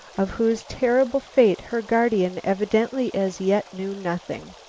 of whose terrible fate her guardian evidently as yet knew nothing.